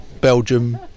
belgium